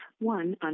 one